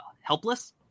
helpless